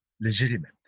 legitimate